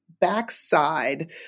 backside